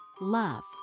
love